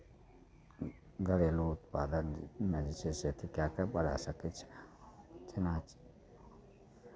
घरेलू उत्पादनमे जे छै से कए कऽ बढ़ा सकै छै जेना